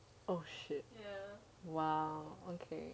oh shit ya !wow! okay